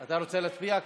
אתה רוצה להצביע?